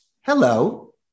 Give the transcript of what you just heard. Hello